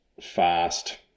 fast